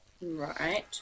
Right